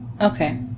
Okay